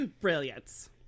brilliance